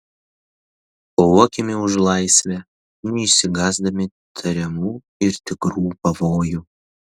kovokime už laisvę neišsigąsdami tariamų ir tikrų pavojų